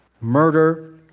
murder